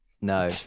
No